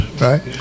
Right